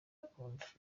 dukunda